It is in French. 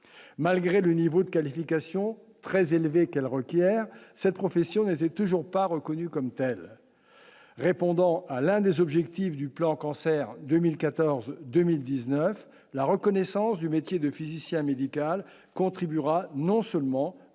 malgré le niveau de qualification très élevée qu'elle requiert cette profession n'avait toujours pas reconnue comme telle, répondant à l'un des objectifs du plan cancer 2014, 2019 la reconnaissance du métier de physicien médical contribuera non seulement à sécuriser